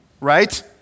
right